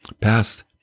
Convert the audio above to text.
Past